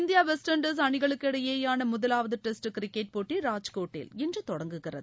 India West Indies அணிகளுக்கு இடையேயான முதலாவது டெஸ்ட் கிரிக்கெட் போட்டி ராஜ்கோட்டில் இன்று தொடங்குகிறது